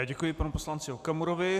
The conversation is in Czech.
Děkuji panu poslanci Okamurovi.